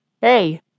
Hey